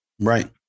right